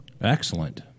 Excellent